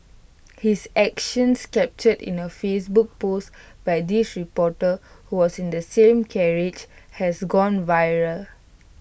his action captured in A Facebook post by this reporter who was in the same carriage has gone viral